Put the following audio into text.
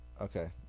Okay